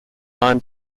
ion